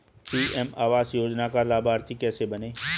PM आवास योजना का लाभर्ती कैसे बनें?